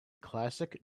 classic